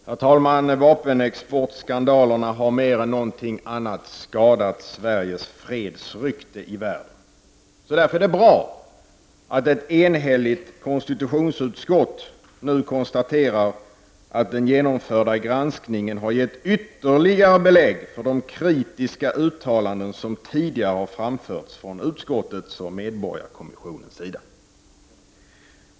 Fru talman! Vapenexportskandalerna har mer än något annat skadat Sveriges fredsrykte i världen. Därför är det bra att ett enhälligt konstitutionsutskott nu konstaterar att den genomförda granskningen har gett ytterligare belägg för de kritiska uttalanden som tidigare har framförts från utskottets och medborgarkommissionens sida.